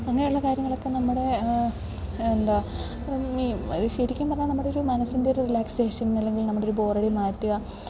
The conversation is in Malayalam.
അങ്ങനെയുള്ള കാര്യങ്ങളൊക്കെ നമ്മുടെ എന്താ മി ശരിക്കും പറഞ്ഞാൽ നമ്മുടൊരു മനസ്സിൻ്റെ ഒരു റിലാക്സേഷൻ അല്ലെങ്കിൽ നമ്മുടൊരു ബോറഡി മാറ്റുക